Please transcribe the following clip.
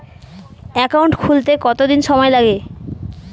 Account খুলতে কতদিন সময় লাগে?